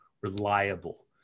reliable